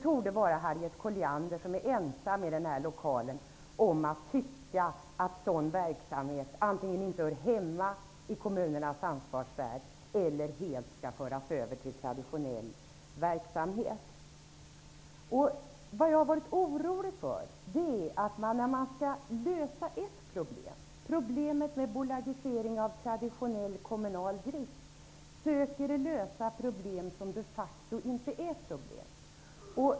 Harriet Colliander torde vara ensam här i kammaren om att tycka att sådan verksamhet antingen inte hör hemma i kommunernas ansvarssfär eller helt skall föras över till traditionell verksamhet. Vad jag har varit orolig för är att man, när man skall lösa ett problem, problemet med bolagisering av traditionell kommunal drift, söker lösa problem som de facto inte är problem.